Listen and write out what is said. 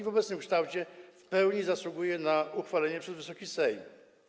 W obecnym kształcie w pełni zasługuje na uchwalenie przez Wysoki Sejm.